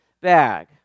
bag